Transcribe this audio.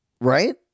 Right